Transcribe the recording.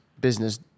business